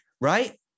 right